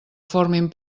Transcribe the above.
formin